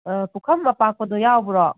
ꯄꯨꯈꯝ ꯑꯄꯥꯛꯄꯗꯣ ꯌꯥꯎꯕ꯭ꯔꯣ